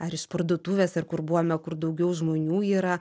ar iš parduotuvės ar kur buvome kur daugiau žmonių yra